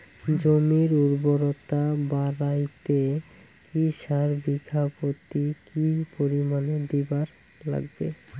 জমির উর্বরতা বাড়াইতে কি সার বিঘা প্রতি কি পরিমাণে দিবার লাগবে?